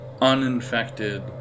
uninfected